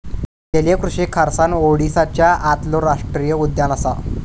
जलीय कृषि खारसाण ओडीसाच्या आतलो राष्टीय उद्यान असा